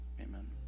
amen